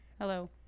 Hello